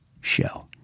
show